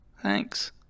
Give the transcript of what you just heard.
Thanks